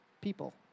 People